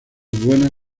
buena